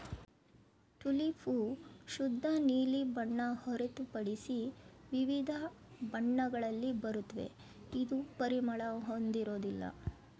tulip ಹೂ ಶುದ್ಧ ನೀಲಿ ಬಣ್ಣ ಹೊರತುಪಡಿಸಿ ವಿವಿಧ ಬಣ್ಣಗಳಲ್ಲಿ ಬರುತ್ವೆ ಇದು ಪರಿಮಳ ಹೊಂದಿರೋದಿಲ್ಲ